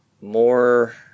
more